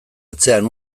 atzean